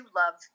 love